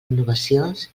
innovacions